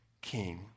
King